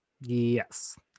yes